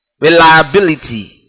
reliability